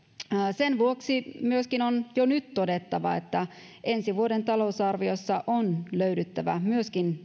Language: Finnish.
sen vuoksi myöskin on jo nyt todettava että ensi vuoden talousarviossa on löydyttävä lisärahoitus myöskin